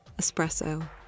espresso